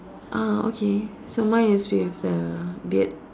ah okay so mine is with the beard